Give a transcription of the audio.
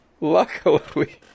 Luckily